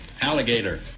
Alligator